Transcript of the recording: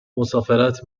مسافرت